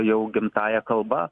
jau gimtąja kalba